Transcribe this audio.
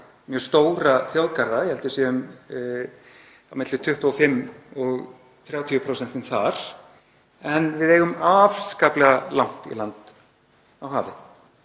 mjög stóra þjóðgarða. Ég held við séum á milli 25 og 30% þar. En við eigum afskaplega langt í land á hafi.